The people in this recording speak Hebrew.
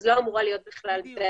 לא אמורה להיות בעיה.